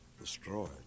destroyed